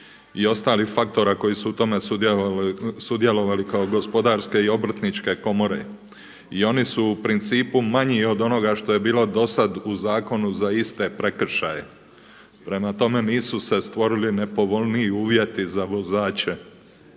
i ostalih faktora koji su u tome sudjelovali kao gospodarske i obrtničke komore. I oni su u principu manji od onoga što je bilo do sada u zakonu za iste prekršaje. Prema tome, nisu se stvorili nepovoljniji uvjeti za vozače